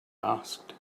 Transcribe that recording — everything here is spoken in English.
asked